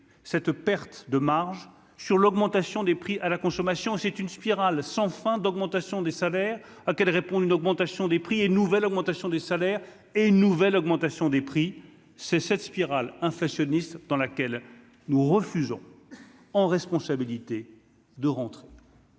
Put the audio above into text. cette perte de marge sur l'augmentation des prix à la consommation, c'est une spirale sans fin d'augmentation des salaires, ah quelle répondent d'augmentation des prix et une nouvelle augmentation des salaires et une nouvelle augmentation des prix, c'est cette spirale inflationniste dans laquelle nous refusons en responsabilité de rentrer.